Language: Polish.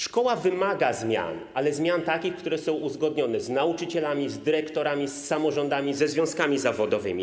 Szkoła wymaga zmian, ale zmian takich, które są uzgodnione z nauczycielami, z dyrektorami, z samorządami, ze związkami zawodowymi.